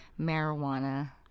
marijuana